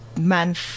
month